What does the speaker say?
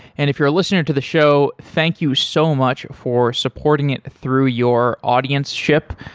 and if you're a listener to the show, thank you so much for supporting it through your audienceship.